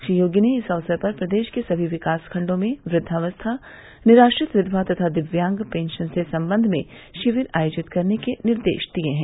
श्री योगी ने इस अवसर पर प्रदेश के सभी विकास खंडों में वृद्वावस्था निराश्रित विघवा तथा दिव्यांग पेंशन के संबंध में शिविर आयोजित करने के निर्देश दिये हैं